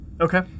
Okay